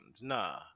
Nah